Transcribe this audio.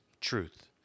truth